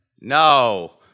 No